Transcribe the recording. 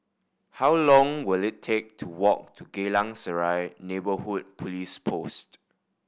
how long will it take to walk to Geylang Serai Neighbourhood Police Post